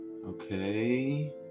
Okay